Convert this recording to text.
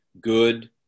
good